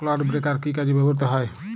Clod breaker কি কাজে ব্যবহৃত হয়?